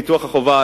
ביטוח החובה,